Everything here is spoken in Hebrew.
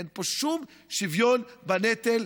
אין פה שום שוויון בנטל,